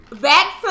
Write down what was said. Back